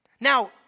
now